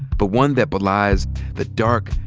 but one that belies the dark,